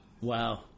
Wow